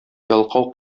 ялкау